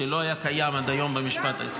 שתיכף תצטרף,